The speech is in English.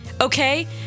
okay